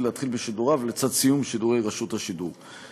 להתחיל בשידוריו לצד סיום שידורי רשות השידור.